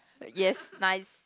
yes nice